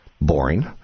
boring